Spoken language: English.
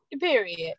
Period